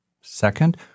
Second